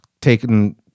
taken